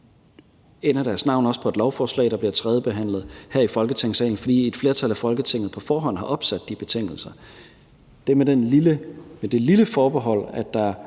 ender deres navn også på et lovforslag, der bliver tredjebehandlet her i Folketingssalen, fordi et flertal i Folketinget på forhånd har opsat de betingelser. Det er med det lille forbehold, at der